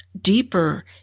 deeper